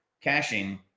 caching